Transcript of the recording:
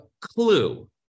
clue